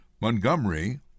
Montgomery